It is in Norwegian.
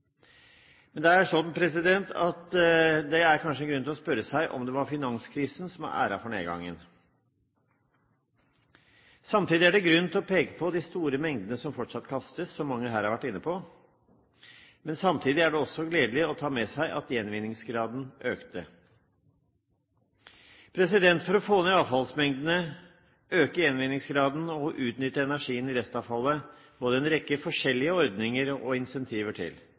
er det kanskje grunn til å spørre seg om det var finanskrisen som har æren for nedgangen. Samtidig er det grunn til å peke på de store mengdene som fortsatt kastes, som mange her har vært inne på. Samtidig er det også gledelig å se at gjenvinningsgraden økte. For å få ned avfallsmengdene, øke gjenvinningsgraden og utnytte energien i restavfallet må det en rekke forskjellige ordninger og incentiver til.